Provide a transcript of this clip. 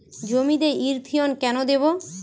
জমিতে ইরথিয়ন কেন দেবো?